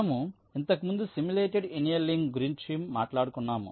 మనము ఇంతకుముందు simulated annealing గురించి మాట్లాడుకున్నాము